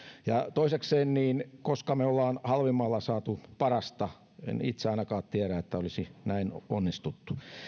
toisekseen koska me olemme halvimmalla saaneet parasta en itse ainakaan tiedä että olisi näin onnistuttu